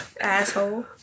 Asshole